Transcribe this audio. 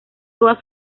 toda